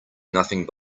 nothing